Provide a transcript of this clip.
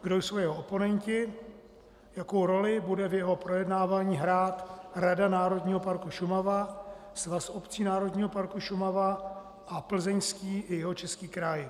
Kdo jsou jeho oponenti, jakou roli bude v jeho projednávání hrát Rada Národního parku Šumava, Svaz obcí Národního parku Šumava a Plzeňský i Jihočeský kraj?